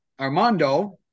Armando